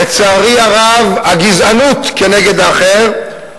לצערי הרב, הגזענות כנגד האחר,